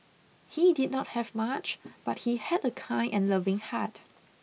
he did not have much but he had a kind and loving heart